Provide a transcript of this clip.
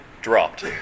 dropped